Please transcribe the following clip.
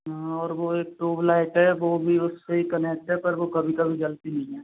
हाँ और वो एक ट्यूबलाइट है वो भी उससे ही कनेक्ट है पर वो भी कभी कभी जलती नहीं है